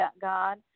God